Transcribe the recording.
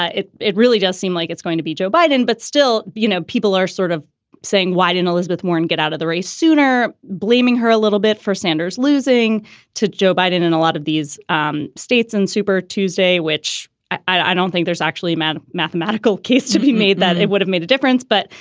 it it really does seem like it's going to be joe biden. but still, you know, people are sort of saying, why didn't elizabeth warren get out of the race sooner, blaming her a little bit for sanders losing to joe biden and a lot of these um states and super tuesday, which i don't think there's actually a mad mathematical case to be made that it would have made a difference. but,